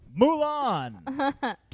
Mulan